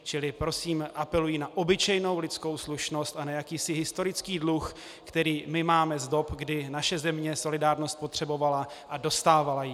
Takže prosím apeluji na obyčejnou lidskou slušnost a na jakýsi historický dluh, který my máme z dob, kdy naše země solidárnost potřebovala a dostávala ji.